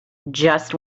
just